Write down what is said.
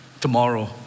tomorrow